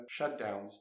shutdowns